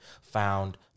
found